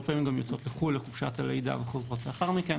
הרבה פעמים הן גם יוצאות לחו"ל לחופשת הלידה וחוזרות לאחר מכן.